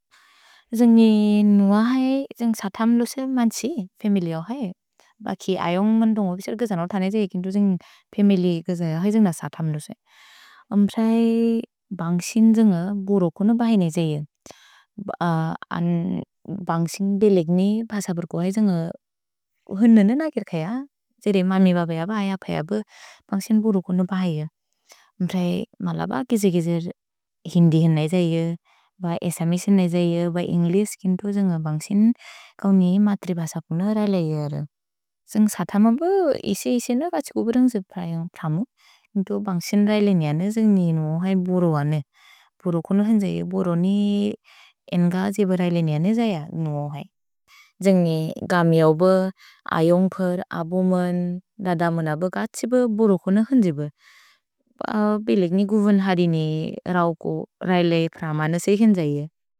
जुन्ग् न्गेन् वहए जुन्ग् सथम्लुस मन्त्सि, फमिलिअ वहए, बकि अयोन्ग्मन्तोन्ग् ओफिसर् गजन वथने जै किन्तु जुन्ग् फमिलि गजहए जुन्ग् न सथम्लुस। अम्प्रए बन्सिन् जुन्ग् बोरोकुनु बहि ने जैयो। अन् बन्सिन् बेलेग्नि बसबुर्को वहि जुन्ग् हुननन किर्कय। जेरे ममि बबय ब अय पय ब बन्सिन् बोरोकुनु बहि यो। अम्प्रए मल ब गिजेकिजर् हिन्दि होन जैयो, ब एसमेसि न जैयो, ब इन्ग्लेस् किन्तु जुन्ग् बन्सिन् कौनि मत्रिबस पुन रैले योयो। जुन्ग् सथम बु इसि इसि न कछिकुबुरन्ग्जु प्रमु। किन्तु बन्सिन् रैले निअन जुन्ग् न्गेनु वहए बोरोवने। भोरोकुनु होन जैयो, बोरोनि एन्गजिब रैले निअन जैय न्गु वहए। जुन्ग् ने गमिऔ ब, अयोन्ग्पर्, अबोमेन्, ददमोन ब कछिब बोरोकुनु होन जिब। भेलेग्नि गुवुन्हदिनि रौको रैले प्रमन सेकिन् जैय।